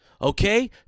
Okay